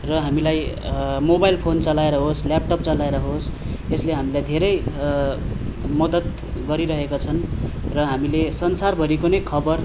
र हामीलाई mobile phone चलाएर होस् ल्यापटप चलाएर होस् यसले हामीलाई धेरै मद्दत गरिरहेका छन् र हामीले संसारभरिको नै खबर